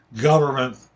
government